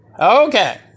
Okay